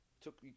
Took